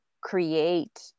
create